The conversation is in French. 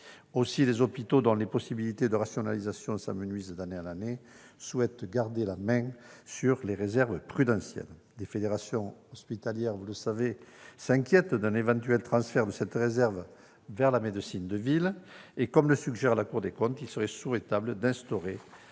assigné. Les hôpitaux, dont les possibilités de rationalisation s'amenuisent d'année en année, souhaitent garder la main sur les réserves prudentielles. Vous le savez, les fédérations hospitalières s'inquiètent d'un éventuel transfert de cette réserve vers la médecine de ville. Comme le suggère la Cour des comptes, il serait souhaitable d'instaurer